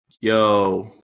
Yo